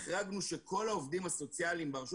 החרגנו שכול העובדים הסוציאליים ברשות